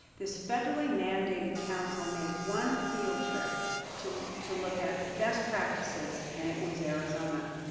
this federally mandated council made one field trip to to look at best practices, and it was arizona.